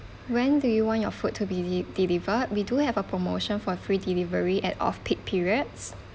when do you want your food to be the de~ delivered we do have a promotion for free delivery at off peak periods